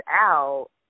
out